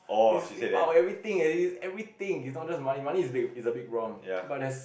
it's it put our everything it's everything it's not just money money is big is a big problem but there's